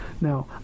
now